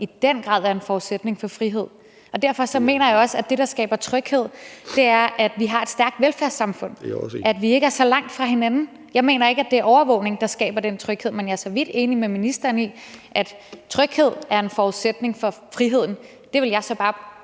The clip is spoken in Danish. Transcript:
i den grad er en forudsætning for frihed. Og derfor mener jeg også, at det, der skaber tryghed, er, at vi har et stærkt velfærdssamfund, at vi ikke er så langt fra hinanden. Jeg mener ikke, at det er overvågning, der skaber den tryghed. Men jeg er for så vidt enig med ministeren i, at tryghed er en forudsætning for friheden, og min påstand